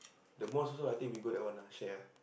the mosque also I think we go that one ah share ah